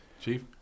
Chief